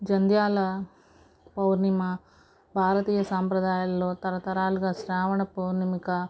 జంధ్యాల పౌర్ణిమ భారతీయ సాంప్రదాయాల్లో తరతరాలుగా శ్రావణ పౌర్ణమి